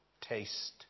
taste